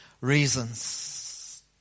reasons